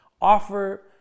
Offer